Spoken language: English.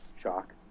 shock